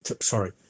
sorry